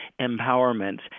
empowerment